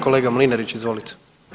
Kolega Mlinarić izvolite.